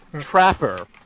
trapper